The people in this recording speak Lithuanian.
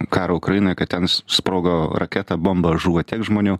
karą ukrainoje kad ten s sprogo raketa bomba žuvo tiek žmonių